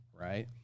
right